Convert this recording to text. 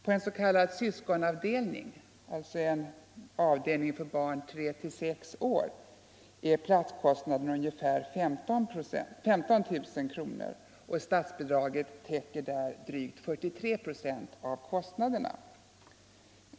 På en s.k. syskonavdelning, alltså en avdelning för barn i åldern tre till sex år, är platskostnaden ungefär 15 000 kronor, och statsbidraget täcker där drygt 43 procent av kostnaderna.